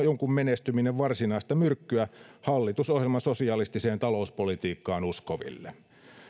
jonkun menestyminen varsinaista myrkkyä hallitusohjelman sosialistiseen talouspolitiikkaan uskoville